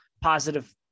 positive